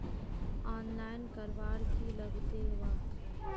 Online करवार की लगते वा?